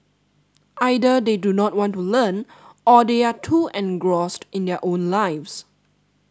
either they do not want to learn or they are too engrossed in their own lives